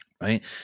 right